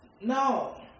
no